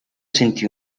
sentì